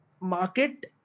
market